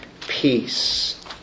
peace